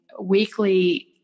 weekly